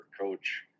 coach